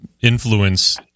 influence